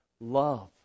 Love